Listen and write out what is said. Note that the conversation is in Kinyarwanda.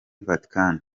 vatican